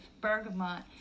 bergamot